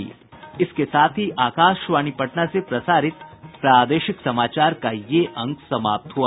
इसके साथ ही आकाशवाणी पटना से प्रसारित प्रादेशिक समाचार का ये अंक समाप्त हुआ